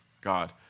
God